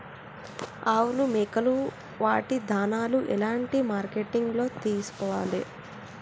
ఆవులు మేకలు వాటి దాణాలు ఎలాంటి మార్కెటింగ్ లో తీసుకోవాలి?